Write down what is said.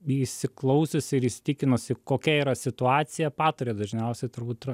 įsiklausiusi ir įsitikinusi kokia yra situacija pataria dažniausiai turbūt ir